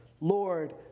Lord